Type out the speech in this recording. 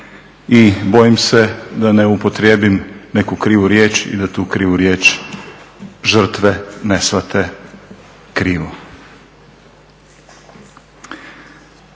i bojim se da ne upotrijebim neku krivu riječ i da tu krivu riječ žrtve ne shvate krivo.